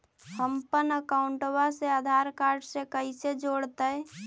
हमपन अकाउँटवा से आधार कार्ड से कइसे जोडैतै?